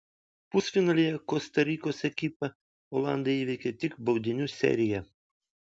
pusfinalyje kosta rikos ekipą olandai įveikė tik baudinių serija